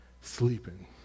sleeping